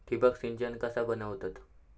ठिबक सिंचन कसा बनवतत?